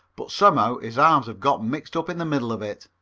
but somehow his arms have gotten mixed up in the middle of it.